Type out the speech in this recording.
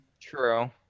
True